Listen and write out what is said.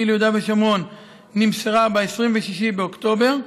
ליהודה ושומרון נמסרה ב-26 באוקטובר,